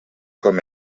com